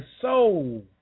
soul